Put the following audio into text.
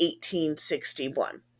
1861